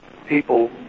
People